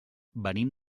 venim